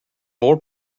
more